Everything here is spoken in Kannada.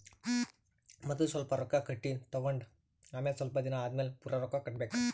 ಮದಲ್ ಸ್ವಲ್ಪ್ ರೊಕ್ಕಾ ಕಟ್ಟಿ ತಗೊಂಡ್ ಆಮ್ಯಾಲ ಸ್ವಲ್ಪ್ ದಿನಾ ಆದಮ್ಯಾಲ್ ಪೂರಾ ರೊಕ್ಕಾ ಕಟ್ಟಬೇಕ್